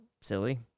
silly